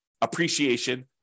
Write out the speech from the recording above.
appreciation